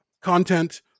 content